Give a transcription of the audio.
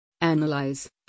Analyze